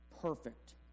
perfect